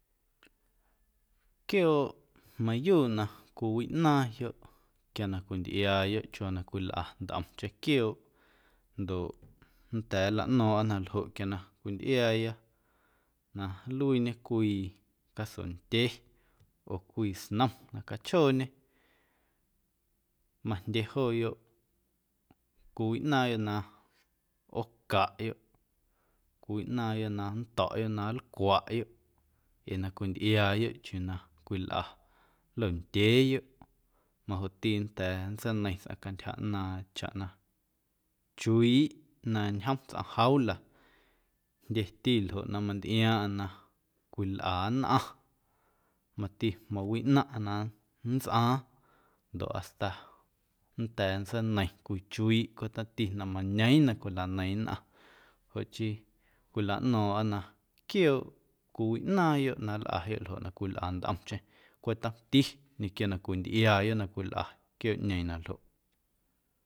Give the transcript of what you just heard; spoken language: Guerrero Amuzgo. Quiooꞌ mayuuꞌ na cwiwiꞌnaaⁿyoꞌ quia na cwintꞌiaayoꞌ chiuuwa na cwilꞌa ntꞌomcheⁿ quiooꞌ ndoꞌ nnda̱a̱ nlaꞌno̱o̱ⁿꞌa na ljoꞌ quia na cwintꞌiaaya na nluiiñe cwii casondye oo cwii snom na cachjooñe majndye jooyoꞌ cwiwiꞌnaaⁿyoꞌ na ꞌoocaꞌyoꞌ, cwiwiꞌnaaⁿyoꞌ na nnto̱ꞌyoꞌ na nlcwaꞌyoꞌ ee na cwintꞌiaayoꞌ chiuu na cwilꞌa londyeeyoꞌ majoꞌti nnda̱a̱ nntseineiⁿ tsꞌaⁿ cantyja ꞌnaaⁿ chaꞌ na chuiiꞌ na ñjom tsꞌom jaula jndyeti ljoꞌ na mantꞌiaaⁿꞌaⁿ na cwilꞌa nnꞌaⁿ mati mawiꞌnaaⁿꞌaⁿ na nntsꞌaaⁿ ndoꞌ hasta nnda̱a̱ nntseineiⁿ cwii chuiiꞌ cweꞌ tomti na mañeeⁿ na cwilaneiⁿ nnꞌaⁿ joꞌ chii cwilaꞌno̱o̱ⁿꞌa na quiooꞌ cwiwiꞌnaaⁿyoꞌ na nlꞌayoꞌ ljoꞌ na cwilꞌa ntꞌomcheⁿ cweꞌ tomti ñequio na cwintꞌiaayoꞌ na cwilꞌa quiooꞌñeeⁿ na ljoꞌ.